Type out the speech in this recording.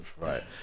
Right